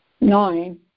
Nine